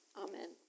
Amen